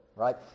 right